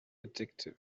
addictive